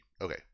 okay